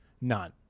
none